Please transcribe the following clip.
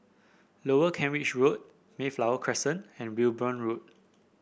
Lower Kent Ridge Road Mayflower Crescent and Wimborne Road